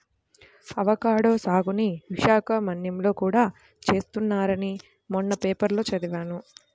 avocado సాగుని విశాఖ మన్యంలో కూడా చేస్తున్నారని మొన్న పేపర్లో చదివాను